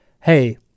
hey